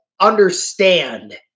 understand